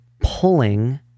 pulling